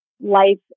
life